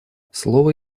слово